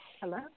Hello